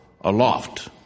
aloft